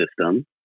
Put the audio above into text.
system